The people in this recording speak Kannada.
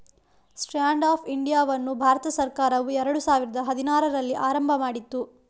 ಸ್ಟ್ಯಾಂಡ್ ಅಪ್ ಇಂಡಿಯಾವನ್ನು ಭಾರತ ಸರ್ಕಾರವು ಎರಡು ಸಾವಿರದ ಹದಿನಾರರಲ್ಲಿ ಆರಂಭ ಮಾಡಿತು